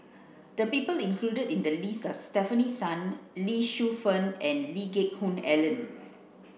the people included in the list are Stefanie Sun Lee Shu Fen and Lee Geck Hoon Ellen